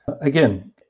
Again